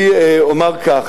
אני אומר כך,